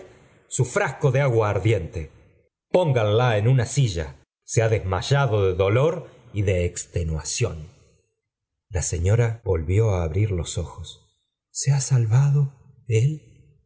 su frasco de aguardiente pónganla mi una silla se ha desmayado de dolor y de extenúa cion la señora volvió á abrir los ojos se ha salvado él